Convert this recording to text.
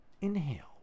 Inhale